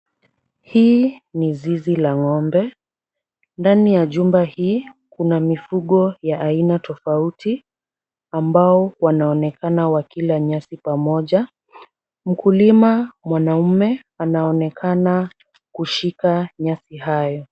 Hii ni zizi la ng'ombe. Ndani ya jumba hii kuna mifugo ya aina tofauti, ambao wanaonekana wakila nyasi pamoja. Mkulima mwanaume anaonekana kushika nyasi hayo.